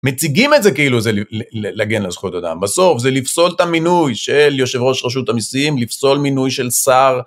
מציגים את זה כאילו זה לללהגן על זכויות אדם, בסוף זה לפסול את המינוי של יושב ראש רשות המסיעים, לפסול מינוי של שר